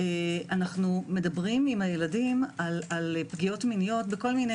אנו מדברים עם הילדים על פגיעות מיניות בכל מיני